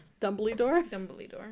Dumbledore